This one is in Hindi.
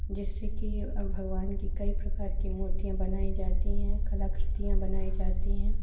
जिससे की भगवान की कई प्रकार की मूर्तियाँ बनाई जाती हैं कलाकृतियाँ बनाई जाती हैं